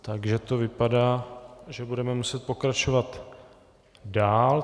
Takže to vypadá, že budeme muset pokračovat dál.